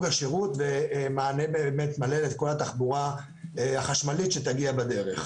השירות ומענה מלא לכל התחבורה החשמלית שתגיע בדרך.